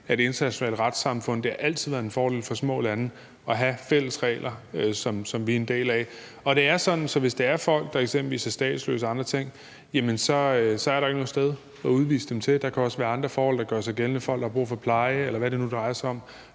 af det internationale retssamfund. Det har altid været en fordel for små lande at have fælles regler, som vi er en del af, og det er jo eksempelvis også sådan, at der, hvis det drejer sig om folk, der er statsløse og andre ting, så ikke er noget sted at udvise dem til, og der kan også være andre forhold, der gør sig gældende. Der kan være folk, der har brug for pleje, eller hvad det nu drejer sig om,